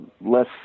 less